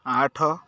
ଆଠ